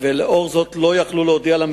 3. מדוע הקצין התורן לא השיב למשפחות,